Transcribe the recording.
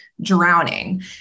drowning